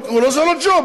זה לא ג'וב.